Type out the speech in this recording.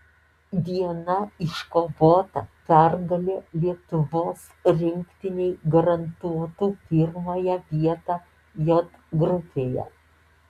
viena iškovota pergalė lietuvos rinktinei garantuotų pirmąją vietą j grupėje